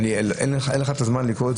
ואין לך את הזמן לקרוא.